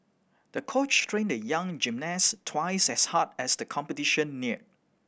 the coach trained the young gymnast twice as hard as the competition neared